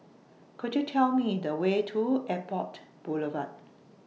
Could YOU Tell Me The Way to Airport Boulevard